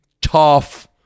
tough